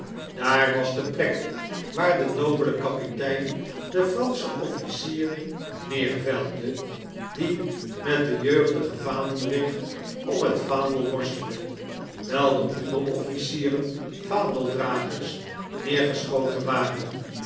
daar was de plek waar de nobele kapitein den franschen officier neervelde die met den jeugdigen vaandrig om het vaandel worstelde wijl de onderofficieren vaandeldragers neergeschoten waren